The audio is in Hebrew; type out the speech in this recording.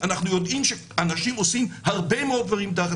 מהם הדברים שלדעתך אנחנו צריכים לשים אליהם את לבנו?